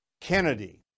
Kennedy